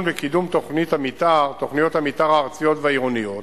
וקידום תוכניות המיתאר הארציות והעירוניות